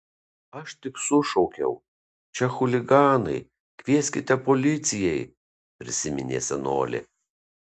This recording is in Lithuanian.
aš tik sušaukiau čia chuliganai kvieskite policijai prisiminė senolė